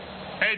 Hey